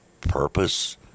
purpose